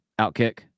Outkick